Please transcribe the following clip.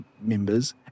members